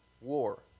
war